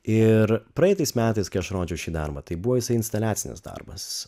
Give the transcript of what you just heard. ir praeitais metais kai aš rodžiau šį darbą tai buvo jisai instaliacinis darbas